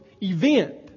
event